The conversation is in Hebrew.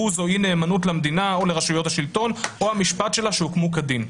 בוז או אי-נאמנות למדינה או לרשויות השלטון או המשפט שלה שהוקמו כדין".